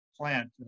plant